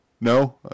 No